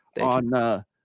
on –